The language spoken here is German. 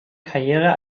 karriere